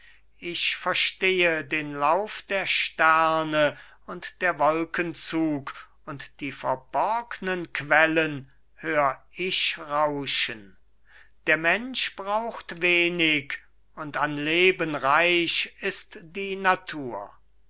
ich verstehe den lauf der sterne und der wolken zug und die verborgnen quellen hör ich rauschen der mensch braucht wenig und an leben reich ist die natur